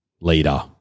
Leader